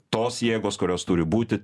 tos jėgos kurios turi būti